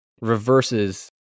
reverses